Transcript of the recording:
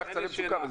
מצוקה.